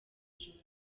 joro